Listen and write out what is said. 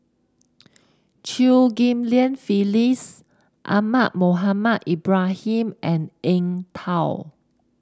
Chew Ghim Lian Phyllis Ahmad Mohamed Ibrahim and Eng Tow